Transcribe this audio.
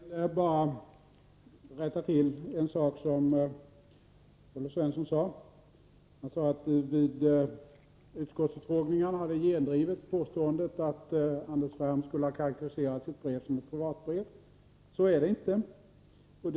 Fru talman! Jag vill bara rätta till en sak som Olle Svensson sade. Han sade att påståendet att Anders Ferm skulle ha karakteriserat sitt brev som ett privatbrev hade gendrivits vid utskottsutfrågningarna. Så är det inte.